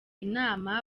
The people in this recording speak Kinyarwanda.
inama